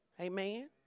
Amen